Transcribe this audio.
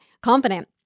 confident